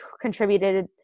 contributed